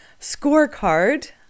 scorecard